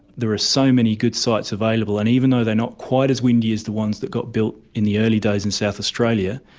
there are so many good sites available, and even though they are not quite as windy as the ones that got built in the early days in south australia,